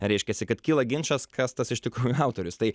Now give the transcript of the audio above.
reiškiasi kad kyla ginčas kas tas iš tikrųjų autorius tai